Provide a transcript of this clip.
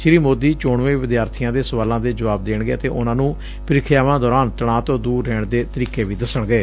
ਸ੍ਰੀ ਸੋਦੀ ਚੋਣਵੇਂ ਵਿਦਿਆਰਥੀਆਂ ਦੇ ਸਵਾਲਾਂ ਦੇ ਜਵਾਬ ਦੇਣਗੇ ਅਤੇ ਉਨੂਾਂ ਨੂੰ ਪ੍ਰੀਖਿਆਵਾਂ ਦੌਰਾਨ ਤਣਾਅ ਤੋਂ ਦੁਰ ਰਹਿਣ ਦੇ ਤਰੀਕੇ ਵੀ ਦਸਣਗੇ